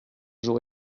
jour